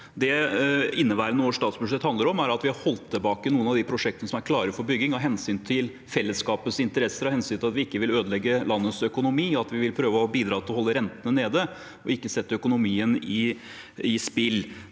som inneværende års statsbudsjett handler om, er at vi har holdt tilbake noen av de prosjektene som er klare for bygging av hensyn til fellesskapets interesser, av hensyn til at vi ikke vil ødelegge landets økonomi, og at vi vil prøve å bidra til å holde rentene nede og ikke sette økonomien i spill.